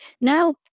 Now